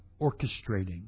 orchestrating